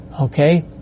Okay